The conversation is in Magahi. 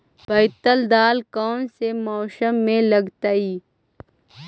बैतल दाल कौन से मौसम में लगतैई?